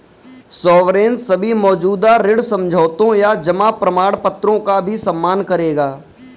sovereign सभी मौजूदा ऋण समझौतों या जमा प्रमाणपत्रों का भी सम्मान करेगा